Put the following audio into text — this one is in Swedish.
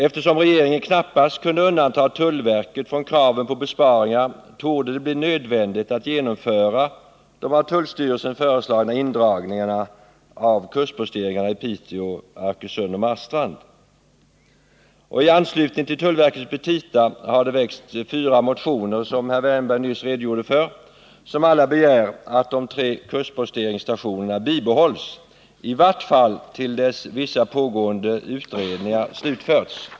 Eftersom regeringen knappast kunde undanta tullverket från kraven på besparingar, torde det bli nödvändigt att genomföra de av tullstyrelsen föreslagna indragningarna av kustposteringarna i Piteå, Arkösund och Marstrand. IT anslutning till tullverkets petita har fyra motioner väckts — herr Wärnberg redogjorde nyss för dessa. I alla fyra motionerna begär man att de tre kustposteringsstationerna bebehålls, i vart fall till dess att vissa pågående utredningar slutförts.